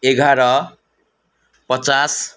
एघार पचास